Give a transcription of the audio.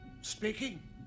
Speaking